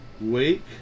Wake